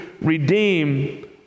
redeem